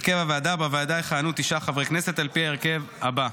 הרכב הוועדה: בוועדה יכהנו תשעה חברי כנסת על פי ההרכב הבא: